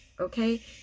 Okay